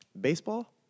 baseball